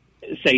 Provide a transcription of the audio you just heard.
say